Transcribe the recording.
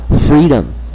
freedom